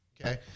Okay